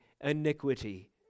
iniquity